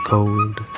Cold